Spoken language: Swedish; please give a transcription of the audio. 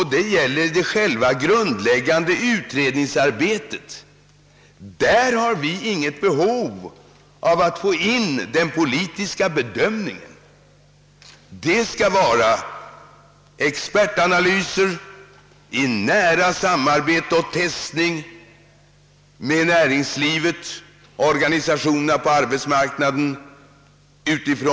När det gäller det grundläggande utrednings arbetet har vi inget behov av att få ta del av en politisk bedömning; detta led av utredningsarbetet skall ske genom. expertanalyser som görs i nära samarbete med näringslivet och organisationerna på arbetsmarknaden på basis.